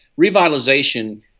revitalization